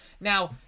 Now